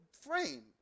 frame